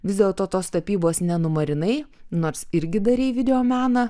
vis dėlto tos tapybos nenumarinai nors irgi darei videomeną